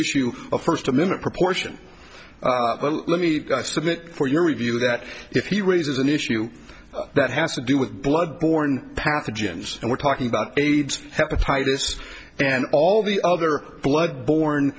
issue of first amendment proportion let me submit for your review that if he raises an issue that has to do with blood borne pathogens and we're talking about aids hepatitis and all the other blood born